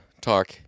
talk